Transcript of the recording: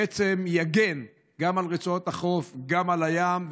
שיגן גם על רצועות החוף, גם על הים.